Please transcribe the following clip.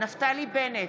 נפתלי בנט,